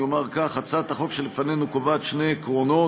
אני אומר כך: הצעת החוק שלפנינו קובעת שני עקרונות,